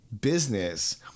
business